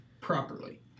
properly